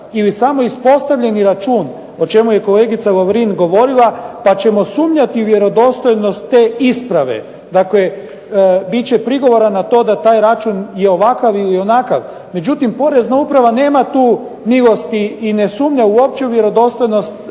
ili samo ispostavljeni račun, o čemu je kolegica Lovrin govorila, pa ćemo sumnjati u vjerodostojnost te isprave. Dakle, bit će prigovora na to da je taj račun ovakav ili onakav. Međutim Porezna uprava nema tu milosti i ne sumnja uopće u vjerodostojnost